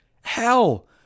hell